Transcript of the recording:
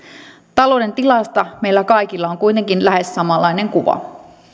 talouden tilasta meillä kaikilla on kuitenkin lähes samanlainen kuva